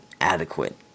adequate